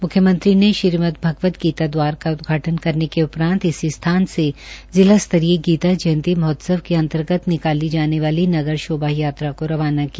म्ख्यमंत्री ने श्रीमद्भगवद्गीता द्वार का उद्घाटन करने के उपरांत इसी स्थान से जिला स्तरीय गीता जयंती महोत्सव के अंतर्गत निकाली जाने वाली नगर शोभा यात्रा को रवाना किया